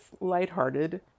lighthearted